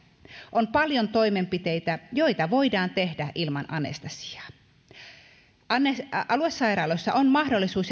on paljon toimenpiteitä joita voidaan tehdä ilman anestesiaa aluesairaaloissa on mahdollisuus